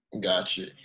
Gotcha